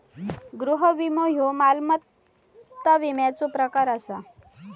गृह विमो ह्यो मालमत्ता विम्याचा प्रकार आसा